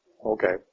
Okay